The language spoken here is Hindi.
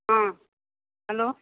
हाँ हेलो